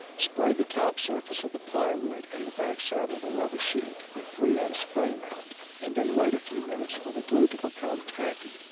spray the top surface of the plywood and the backside of the rubber sheet with three m spray mount and then wait a few minutes for the glue to become tacky.